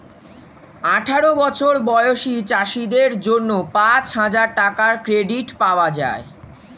আঠারো বছর বয়সী চাষীদের জন্য পাঁচহাজার টাকার ক্রেডিট পাওয়া যায়